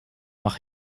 mach